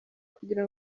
kugira